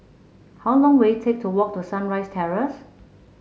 how long will it take to walk to Sunrise Terrace